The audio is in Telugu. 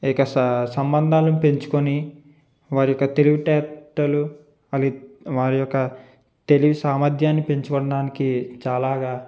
ఈ యొక్క సంబంధాలను పెంచుకొని వారి యొక్క తెలివితేటలు వారి యొక్క తెలివి సామర్థ్యాన్ని పెంచుకోవడానికి చాలాగా